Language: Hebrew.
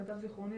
למיטב זכרוני,